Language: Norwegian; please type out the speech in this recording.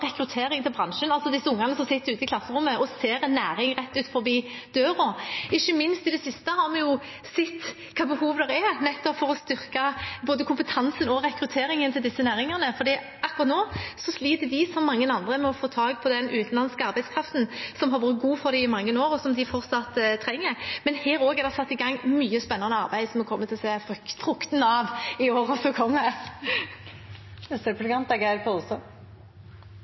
rekruttering til bransjen – hvis ungene sitter i klasserommet og ser en næring rett utenfor døra. Ikke minst i det siste har vi jo sett hvilket behov det er nettopp for å styrke både kompetansen og rekrutteringen til disse næringene, for akkurat nå sliter de, som mange andre, med å få tak i den utenlandske arbeidskraften som har vært god for dem i mange år, og som de fortsatt trenger. Men også her er det satt i gang mye spennende arbeid som vi kommer til å se fruktene av i årene som kommer. Noko som funkar for næringsmiddelindustrien, er